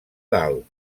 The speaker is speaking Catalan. dalt